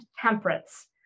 temperance